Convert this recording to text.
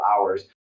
hours